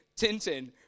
Tintin